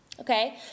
Okay